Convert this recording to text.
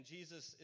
Jesus